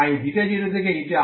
তাই 0 থেকে η